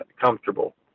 comfortable